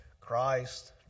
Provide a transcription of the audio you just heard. Christ